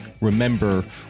remember